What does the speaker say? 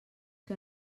que